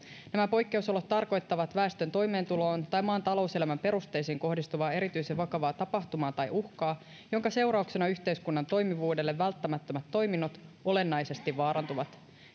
poikkeusolot tarkoittavat väestön toimeentuloon tai maan talouselämän perusteisiin kohdistuvaa erityisen vakavaa tapahtumaa tai uhkaa jonka seurauksena yhteiskunnan toimivuudelle välttämättömät toiminnot olennaisesti vaarantuvat